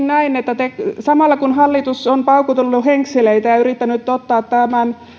näin että samalla kun hallitus on paukutellut henkseleitään ja yrittänyt ottaa tämän